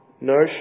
no